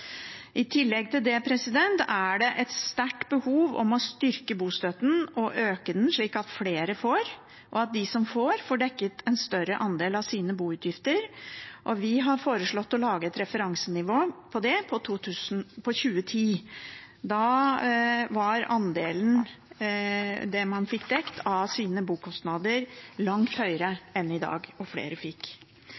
I tillegg til det er det et sterkt behov for å styrke bostøtten, øke den, slik at flere får, og at de som får, får dekket en større andel av sine boutgifter. Vi har foreslått å lage et referansenivå for det, på 2010. Da var andelen man fikk dekket av sine bokostnader, langt høyere